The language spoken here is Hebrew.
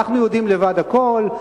אנחנו יודעים לבד הכול,